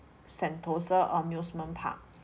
sentosa amusement park